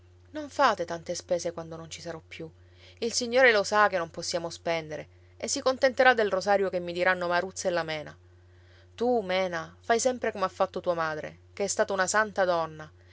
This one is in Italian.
non fate tante spese quando non ci sarò più il signore lo sa che non possiamo spendere e si contenterà del rosario che mi diranno maruzza e la mena tu mena fai sempre come ha fatto tua madre che è stata una santa donna